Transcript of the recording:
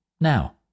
now